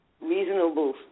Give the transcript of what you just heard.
reasonable